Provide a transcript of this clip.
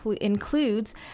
includes